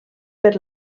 per